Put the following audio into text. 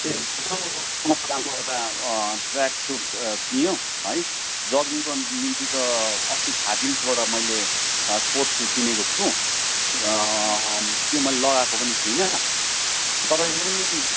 यस्तो सस्तो दामको एउटा ट्रेक सुट किनौँ है जगिङको निम्ति त अस्ति खादिम्सबाट मैले स्पोर्ट सु किनेको छु र त्यो मैले लगाएको पनि छुइनँ तपाईँको पनि